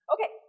Okay